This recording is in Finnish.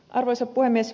arvoisa puhemies